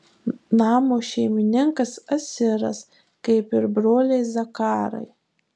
namo šeimininkas asiras kaip ir broliai zakarai